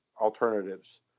Alternatives